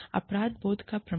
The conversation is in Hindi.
अपराध बोध का प्रमाण